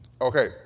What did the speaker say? Okay